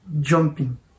jumping